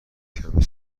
کمی